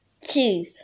two